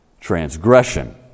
transgression